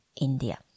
India